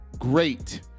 Great